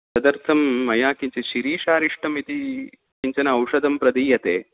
तदर्थं मया किञ्चित् शिरीशारिष्टमिति किञ्चन औषधं प्रदीयते